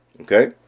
Okay